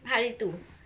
hari tu